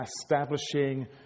establishing